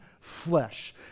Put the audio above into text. flesh